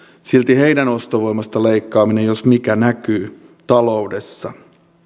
silti heidän ostovoimastaan leikkaaminen jos mikä näkyy taloudessa